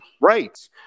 right